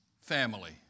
family